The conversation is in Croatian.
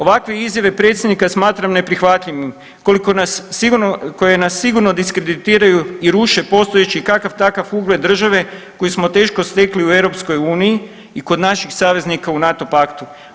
Ovakve izjave predsjednika smatram neprihvatljivim, koliko nas sigurno, koje nas sigurno diskreditiraju i ruše postojeći, kakav-takav ugled države koji smo teško stekli u EU i kod naših saveznika u NATO paktu.